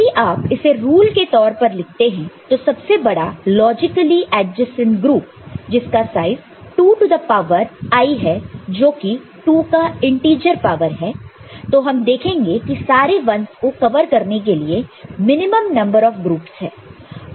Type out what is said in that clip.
यदि आप इसे रूल के तौर पर लिखते हैं तो सबसे बड़ा लॉजिकली एडजेसेंट ग्रुप जिसका size 2 to the power i है जो कि 2 का इंटीजर पावर है तो हम देखेंगे कि सारे 1's को कवर करने के लिए मिनिमम नंबर ऑफ ग्रुपस है